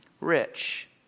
rich